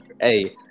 Hey